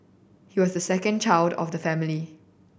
he was the second child of the family